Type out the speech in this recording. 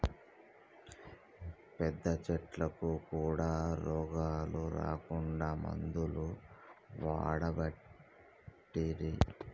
పెద్ద చెట్లకు కూడా రోగాలు రాకుండా మందులు వాడబట్టిరి